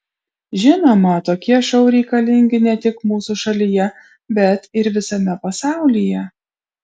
žinoma tokie šou reikalingi ne tik mūsų šalyje bet ir visame pasaulyje